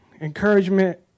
encouragement